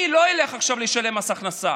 אני לא אלך עכשיו לשלם מס הכנסה.